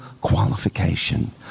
qualification